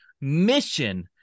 mission